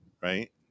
right